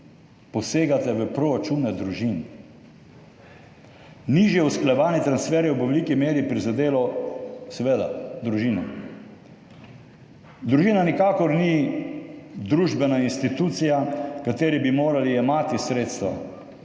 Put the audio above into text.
Posegate v proračune družin! Nižje usklajevanje transferjev bo v veliki meri prizadelo seveda družino. Družina nikakor ni družbena institucija, ki bi ji morali jemati sredstva.